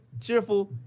cheerful